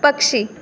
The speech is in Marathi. पक्षी